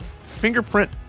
fingerprint